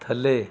ਥੱਲੇ